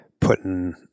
putting